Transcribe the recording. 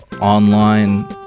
online